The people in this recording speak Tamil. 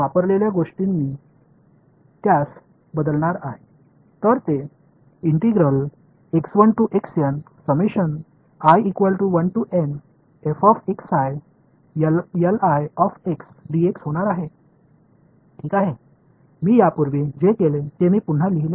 எனவே நான் முன்பு செய்ததை மீண்டும் எழுதியுள்ளேன் இது ஒருங்கிணைப்பு அடையாளம் என்பதை நினைவில் கொள்ளுங்கள் ஒருங்கிணைப்பின் மாறி x ஆகும்